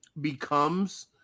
becomes